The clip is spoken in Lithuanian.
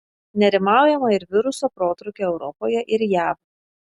nerimaujama ir viruso protrūkio europoje ir jav